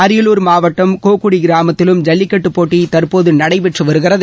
அரியலூர் மாவட்டம் கோக்குடி கிராமத்திலும் ஜல்லிக்கட்டு போட்டி தற்போது நடைபெற்று வருகிறது